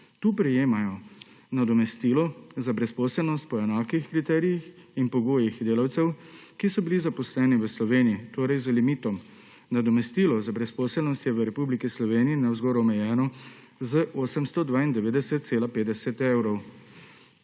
Tu prejemajo nadomestilo za brezposelnost po enakih kriterijih in pogojih kot delavci, ki so bili zaposleni v Sloveniji, torej z limitom. Nadomestilo za brezposelnost je v Republiki Sloveniji navzgor omejeno z 892,50 evra.